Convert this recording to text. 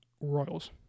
Royals